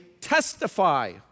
testify